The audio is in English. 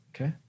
Okay